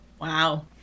Wow